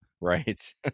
Right